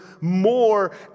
more